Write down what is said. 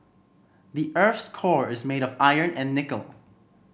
the earth's core is made of iron and nickel